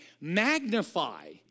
magnify